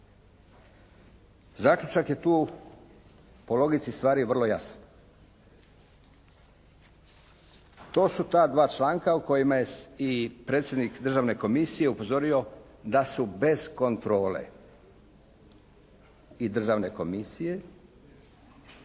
Zaključak je tu po logici stvari vrlo jasan. To su ta dva članka u kojima je i predsjednik Državne komisije upozorio da su bez kontrole i Državne komisije